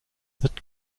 wird